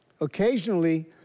Occasionally